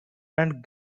and